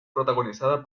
protagonizada